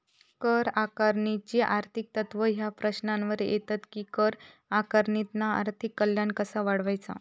कर आकारणीची आर्थिक तत्त्वा ह्या प्रश्नावर येतत कि कर आकारणीतना आर्थिक कल्याण कसा वाढवायचा?